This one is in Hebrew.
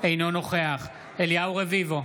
אינו נוכח אליהו רביבו,